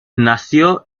nació